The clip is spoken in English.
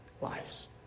lives